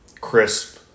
crisp